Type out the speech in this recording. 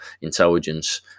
intelligence